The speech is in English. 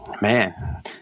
Man